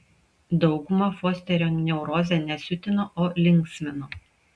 daugumą fosterio neurozė ne siutino o linksmino